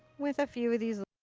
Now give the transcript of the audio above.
with a few of these